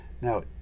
Now